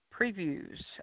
previews